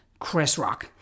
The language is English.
ChrisRock